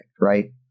right